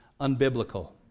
unbiblical